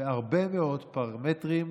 בהרבה מאוד פרמטרים,